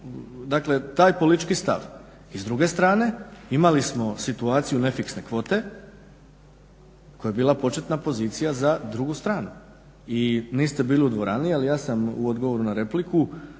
krili taj politički stav. I s druge strane, imali smo situaciju nefiksne kvote koja je bila početna pozicija za drugu stranu i niste bili u dvoranu ali ja sam u odgovoru na repliku